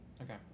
Okay